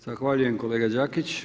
Zahvaljujem kolega Đakić.